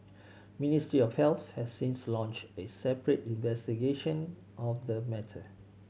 Ministry of Health has since launched a separate investigation of the matter